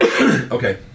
Okay